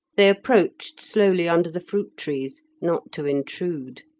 they approached slowly under the fruit-trees, not to intrude.